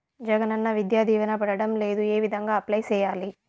జగనన్న విద్యా దీవెన పడడం లేదు ఏ విధంగా అప్లై సేయాలి